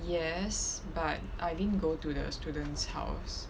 yes but I didn't go to the students house